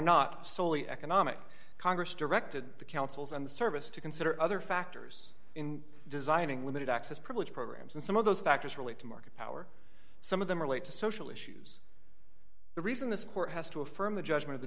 not solely economic congress directed the councils on the service to consider other factors in designing limited access privilege programs and some of those factors relate to market power some of them relate to social issues the reason this court has to affirm the judgment of the